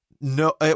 No